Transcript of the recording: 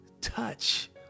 touch